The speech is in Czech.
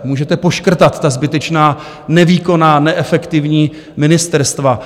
Můžete poškrtat ta zbytečná, nevýkonná, neefektivní ministerstva.